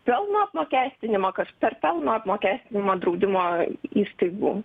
pelno apmokestinimo kas per pelno apmokestinimą draudimo įstaigų